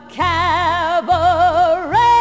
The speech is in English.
cabaret